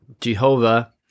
Jehovah